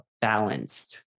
balanced